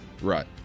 Right